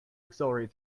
accelerate